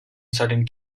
certain